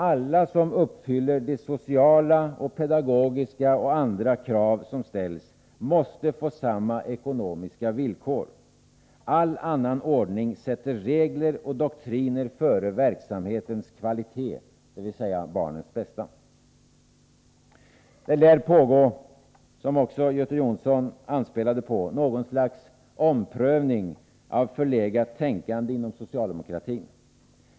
Alla som uppfyller de sociala, pedagogiska och andra krav som ställs måste få samma ekonomiska villkor. All annan ordning sätter regler och doktriner före verksamhetens kvalitet, dvs. barnens bästa. Det lär, som också Göte Jonsson anspelade på, pågå något slags omprövning av förlegat tänkande inom socialdemokratin.